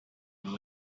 and